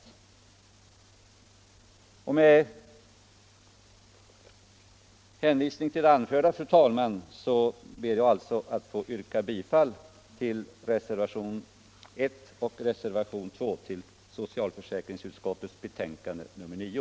Med hänvisning till det anförda, fru talman, ber jag att få yrka bifall till reservationerna 1 och 2 vid socialförsäkringsutskottets betänkande nr 9.